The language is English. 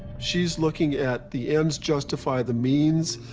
she's looking at the ends justify the means,